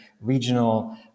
regional